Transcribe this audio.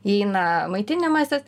įeina maitinimasis